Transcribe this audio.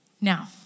Now